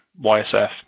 YSF